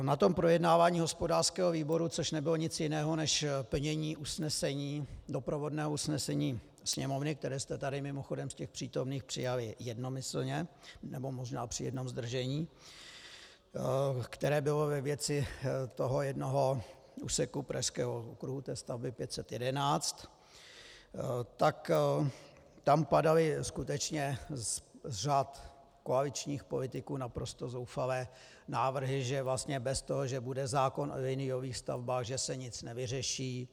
Na tom projednávání hospodářského výboru, což nebylo nic jiného než plnění doprovodného usnesení Sněmovny, které jste tady mimochodem z těch přítomných přijali jednomyslně, nebo možná při jednom zdržení, které bylo ve věci toho jednoho úseku Pražského okruhu, té stavby 511, padaly skutečně z řad koaličních politiků naprosto zoufalé návrhy, že vlastně bez toho, že bude zákon o liniových stavbách, se nic nevyřeší.